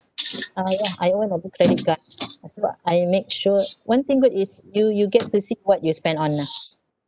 ah ya I own a good credit card I make sure one thing good is you you get to see what you spend on ah